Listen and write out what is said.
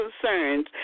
concerns